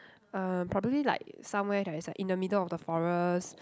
uh probably like somewhere that is like in the middle of the forest